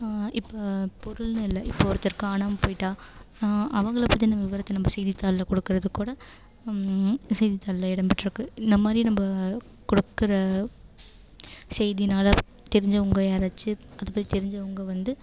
இப்போ பொருள்னு இல்லை இப்போ ஒருத்தர் காணாமல் போயிட்டா அவங்களை பற்றின விவரத்தை நம்ம செய்தித்தாளில் கொடுக்குறதுக் கூட செய்தித்தாளில் இடம் பெற்றுக்கு இந்தமாதிரி நம்ம கொடுக்குற செய்தினால் தெரிஞ்சவங்க யாராச்சி அதை பற்றி தெரிஞ்சவங்க வந்து